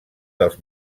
dels